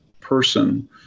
person